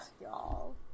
y'all